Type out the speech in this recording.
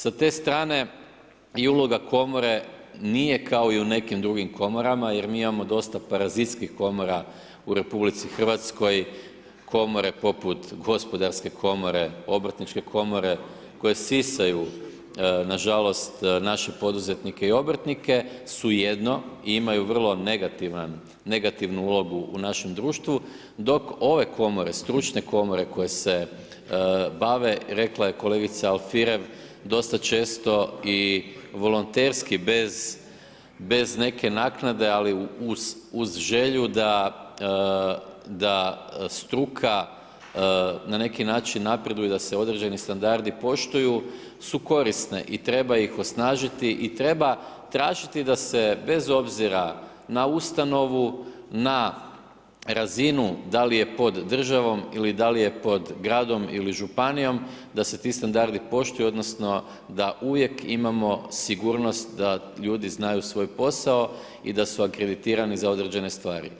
Sa te strane i uloga komore nije kao i u nekim drugim komorama jer mi imamo dosta parazitskih komora u RH, komore poput gospodarske komore, obrtničke komore, koje sisaju nažalost naše poduzetnike i obrtnike su jedno i imaju vrlo negativnu ulogu u našem društvu dok ove komore, stručne komore koje se bave, rekla je kolegica Alfirev, dosta često i volonterski, bez neke naknade ali uz želju struka na neki način napreduje, da se određeni standardi poštuju su korisne i treba ih osnažiti i treba tražiti da se bez obzira na ustanovu, na razinu da li je pod državom ili da je pod gradom ili županijom, da se ti standardi poštuju odnosno da uvijek imamo sigurnost da ljudi znaju svoj posao i da su akreditirani za određene stvari.